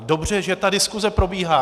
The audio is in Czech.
Dobře, že ta diskuse probíhá.